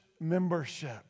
membership